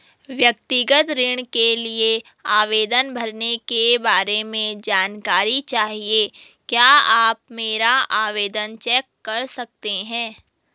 व्यक्तिगत ऋण के लिए आवेदन भरने के बारे में जानकारी चाहिए क्या आप मेरा आवेदन चेक कर सकते हैं?